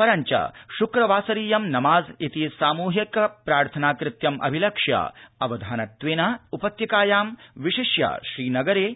परञ्च श्क्रवासरीयं नमाज् इति सामूहिक प्रार्थनाकृत्यम् अभिलक्ष्य अवधानत्वेन उपत्यकायां विशिष्य श्रीनगरे